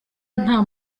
nta